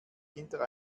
hinter